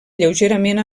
lleugerament